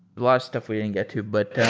lot of stuff we didn't get to, but